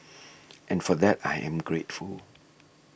and for that I am grateful